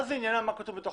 מה זה עניינה מה כתוב בחוזה?